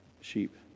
sheep